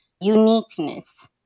uniqueness